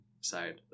side